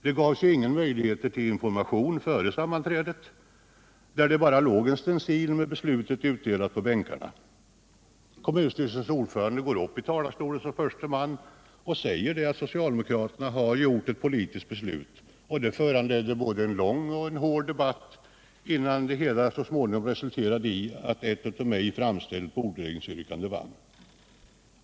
Det gavs ingen möjlighet tillinformation före kommunfullmäktigesammanträdet, där det låg en stencil med beslutet utdelat i bänkarna. Kommunstyrelsens ordförande går upp som förste talare och meddelar att socialdemokraterna ”tagit ett politiskt beslut”. Detta föranledde en både lång och hård debatt, innan det hela resulterade i att ett av mig framställt bordläggningsyrkande vann.